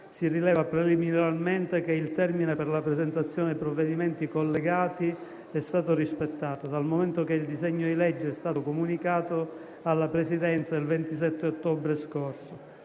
si rileva preliminarmente che il termine per la presentazione dei provvedimenti collegati è stato rispettato, dal momento che il disegno di legge è stato comunicato alla Presidenza il 27 ottobre scorso.